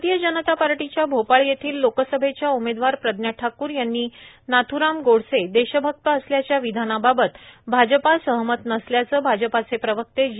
भारतीय जनता पार्टीच्या भोपाळ येथील लोकसभेच्या उमेदवार प्रज्ञा ठाकूर यांनी नाथ्राम गोडसे देशभक्त असल्याच्या विधानाबाबत भाजपा सहमत नसल्याचं भाजपाचे प्रवक्ते जी